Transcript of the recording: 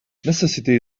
necessity